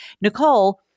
Nicole